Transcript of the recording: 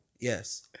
Yes